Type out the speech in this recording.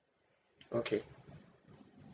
okay